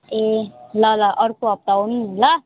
ए ल ल अर्को हप्ता आउनु नि ल